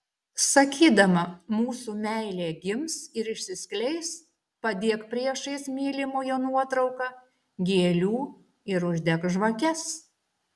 sakydama mūsų meilė gims ir išsiskleis padėk priešais mylimojo nuotrauką gėlių ir uždek žvakes